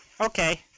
okay